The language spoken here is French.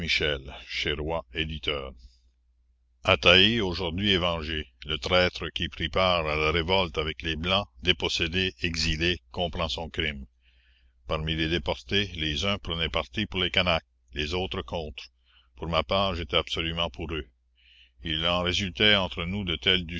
roy éditeur ataï aujourd'hui est vengé le traître qui prit part à la révolte avec les blancs dépossédé exilé comprend son crime parmi les déportés les uns prenaient parti pour les canaques les autres contre pour ma part j'étais absolument pour eux il en résultait entre nous de telles